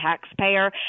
taxpayer